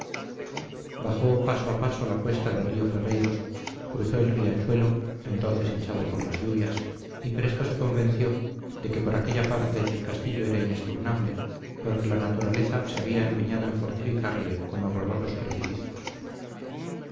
bajó paso a paso la cuesta de río ferreiros cruzó el riachuelo entonces hinchado por las lluvias y presto se convenció de que por aquella parte el castillo era inexpugnable porque la naturaleza se había empeñado en fortificarle con horrorosos precipicios